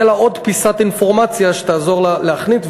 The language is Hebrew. תהיה לה עוד פיסת אינפורמציה שתעזור לה להחליט.